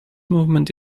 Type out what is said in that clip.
movement